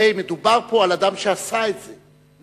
הרי מדובר פה על אדם שעשה את זה,